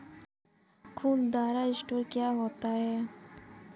खुदरा स्टोर क्या होता है?